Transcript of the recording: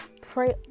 pray